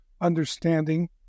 understanding